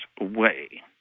away